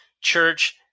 church